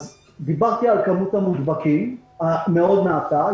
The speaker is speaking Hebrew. דיברתי על כמות הנדבקים המאוד מעטה.